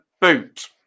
Boot